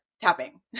tapping